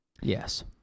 Yes